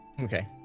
Okay